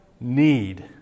need